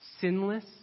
sinless